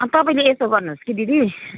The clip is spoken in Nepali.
अँ तपाईँले यसो गर्नुहोस् कि दिदी